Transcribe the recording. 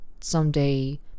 someday